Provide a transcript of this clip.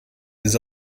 des